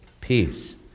peace